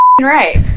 right